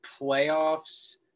playoffs